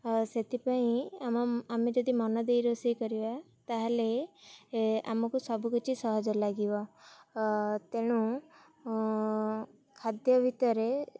ସେଥିପାଇଁ ଆମ ଆମେ ଯଦି ମନ ଦେଇ ରୋଷେଇ କରିବା ତା'ହେଲେ ଆମକୁ ସବୁକିଛି ସହଜ ଲାଗିବ ତେଣୁ ଖାଦ୍ୟ ଭିତରେ